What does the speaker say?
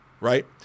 right